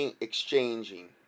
exchanging